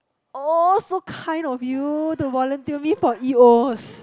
oh so kind of you to volunteer me for E Os